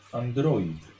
android